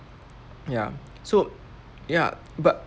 ya so ya but